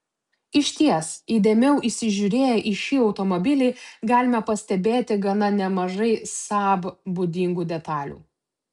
išties įdėmiau įsižiūrėję į šį automobilį galime pastebėti gana nemažai saab būdingų detalių